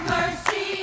Mercy